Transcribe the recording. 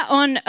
on